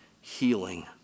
healing